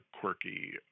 quirky